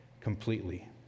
completely